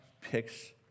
picks